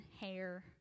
hair